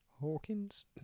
Hawkins